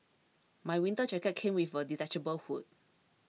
my winter jacket came with a detachable hood